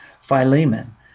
Philemon